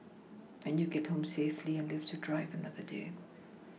and you get home safely and live to drive another day